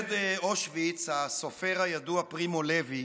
שורד אושוויץ, הסופר הידוע פרימו לוי,